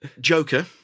Joker